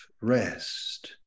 rest